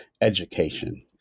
education